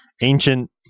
ancient